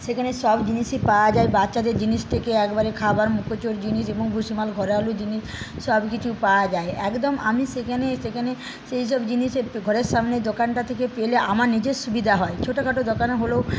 সেখানে সব জিনিসই পাওয়া যায় বাচ্চাদের জিনিস থেকে একবারে খাবার মুখরোচক জিনিস এবং ভুষিমাল ঘরেলু জিনিস সবকিছু পাওয়া যায় একদম আমি সেখানে সেখানে সেই সব জিনিস ঘরের সামনে দোকানটা থেকে পেলে আমার নিজের সুবিধা হয় ছোটোখাটো দোকান হলেও